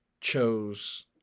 chose